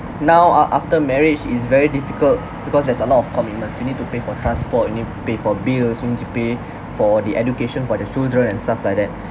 now af~ after marriage is very difficult because there's a lot of commitments you need to pay for transport you need pay for bills you need to pay for the education for the children and stuff like that